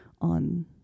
on